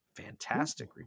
fantastic